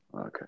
Okay